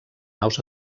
naus